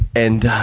and,